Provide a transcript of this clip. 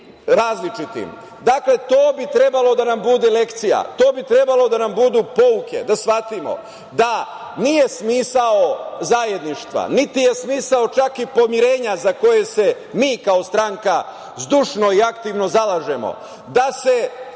različitim. Dakle, to bi trebalo da nam bude lekcija, da nam budu pouke da shvatimo da nije smisao zajedništva, niti je smisao čak pomirenja za koje se mi kao stranka zdušno i aktivno zalažemo, da se